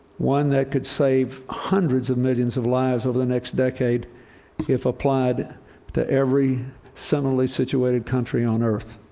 one that could save hundreds of millions of lives over the next decade if applied to every similarly situated country on earth.